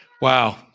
Wow